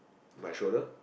my shoulder